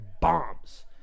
bombs